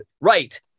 right